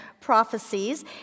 prophecies